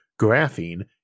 graphene